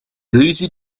ruzie